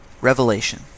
Revelation